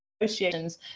negotiations